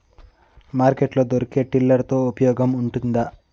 Market లో దొరికే tiller తో ఉపయోగం ఉంటుందా?